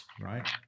right